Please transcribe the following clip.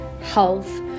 health